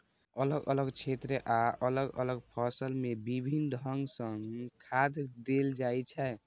अलग अलग क्षेत्र आ अलग अलग फसल मे विभिन्न ढंग सं खाद देल जाइ छै